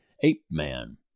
ape-man